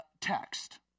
Text